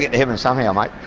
heaven somehow mate.